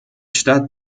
stadt